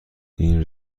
این